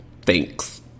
Thanks